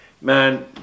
man